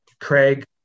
Craig